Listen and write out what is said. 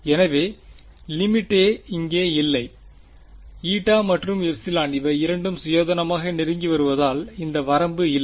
எனவே லிமிட்டே இங்கே இல்லை மற்றும் இவை இரண்டும் சுயாதீனமாக நெருங்கி வருவதால் இந்த வரம்பு இல்லை